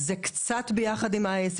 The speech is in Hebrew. זה קצת יחד עם ה-IAC.